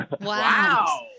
Wow